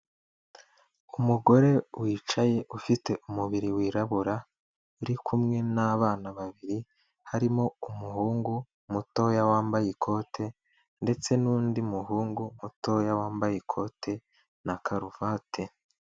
Umugore wicaye ufite umubiri wirabura, uri kumwe n'abana babiri harimo umuhungu mutoya wambaye ikote, ndetse n'undi muhungu mutoya wambaye ikote na karuvati.